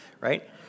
right